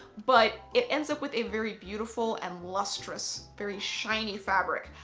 but it ends up with a very beautiful and lustrous, very shiny fabric.